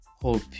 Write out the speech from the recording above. Hope